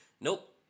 Nope